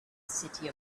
city